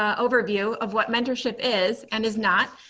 overview of what mentorship is and is not,